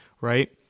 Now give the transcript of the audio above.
right